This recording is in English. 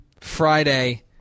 Friday